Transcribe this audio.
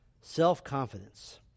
Self-confidence